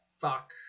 fuck